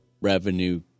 revenue